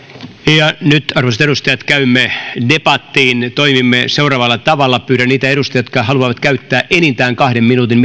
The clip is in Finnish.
ja nyt arvoisat edustajat käymme debattiin toimimme seuraavalla tavalla pyydän niitä edustajia jotka haluavat käyttää enintään kahden minuutin